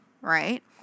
right